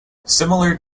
similar